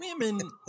women